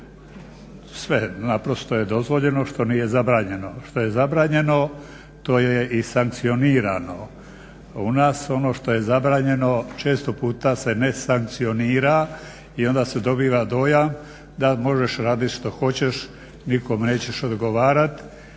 Naprosto je dozvoljeno što nije zabranjeno, što je zabranjeno to je i sankcionirano. U nas ono što je zabranjeno često puta se ne sankcionira i onda se dobija dojam da možeš radit što hoćeš. Nikom nećeš odgovarati